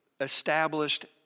established